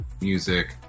music